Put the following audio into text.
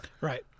Right